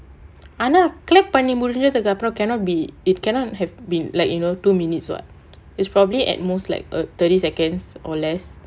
ஆனா:aanaa clap பண்ணி முடிஞ்சதுக்கு அப்புறம்:panni mudinjathukku appuram cannot be it cannot have been like you know two minutes what is probably at most like a thirty seconds or less